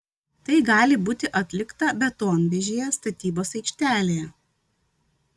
tai gali būti atlikta betonvežyje statybos aikštelėje